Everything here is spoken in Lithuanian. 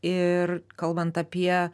ir kalbant apie